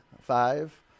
Five